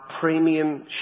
premium